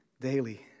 Daily